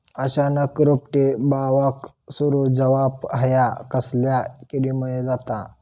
अचानक रोपटे बावाक सुरू जवाप हया कसल्या किडीमुळे जाता?